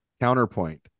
Counterpoint